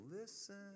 listen